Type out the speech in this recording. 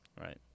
Right